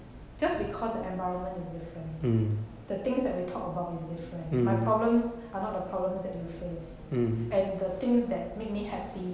just because the environment is different the things that we talk about is different my problems are not the problems that they face and the things that make me happy